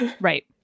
Right